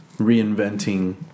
reinventing